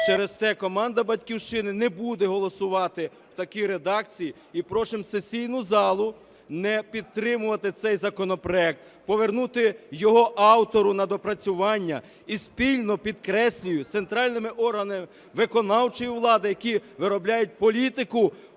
Через те команда "Батьківщина" не буде голосувати в такій редакції, і просимо сесійну залу не підтримувати цей законопроект, повернути його автору на доопрацювання і спільно, підкреслюю, з центральними органами виконавчої влади, які виробляють політику